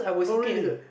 oh really